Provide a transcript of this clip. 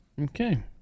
Okay